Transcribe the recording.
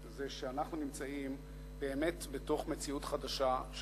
הוא שאנחנו נמצאים בתוך מציאות חדשה,